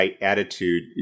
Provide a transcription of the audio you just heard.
attitude